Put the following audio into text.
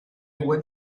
went